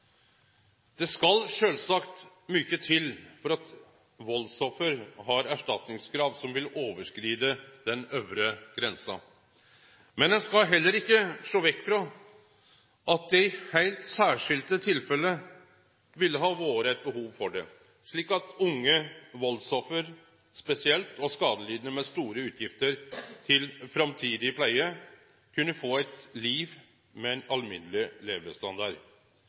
Det skal sjølvsagt mykje til for at valdsoffer har erstatningskrav som vil overskride den øvre grensa, men ein skal heller ikke sjå vekk frå at det i heilt særskilte tilfelle ville ha vore eit behov for det, slik at unge valdsoffer spesielt og skadelidande med store utgifter til framtidig pleie kunne få eit liv med ein alminneleg